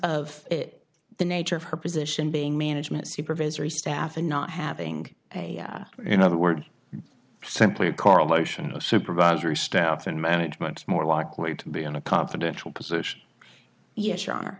of it the nature of her position being management supervisory staff and not having a in other words simply a correlation a supervisory staff in management more likely to be in a confidential position yes you